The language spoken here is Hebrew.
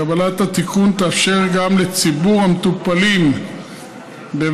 קבלת התיקון תאפשר גם לציבור המטופלים בבית